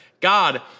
God